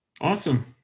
Awesome